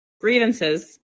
grievances